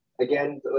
Again